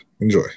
Enjoy